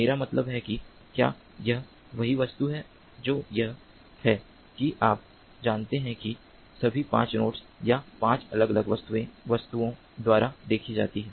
मेरा मतलब है कि क्या यह वही वस्तु है जो यह है कि आप जानते हैं कि सभी 5 नोड्स या 5 अलग अलग वस्तुओं द्वारा देखी जाती हैं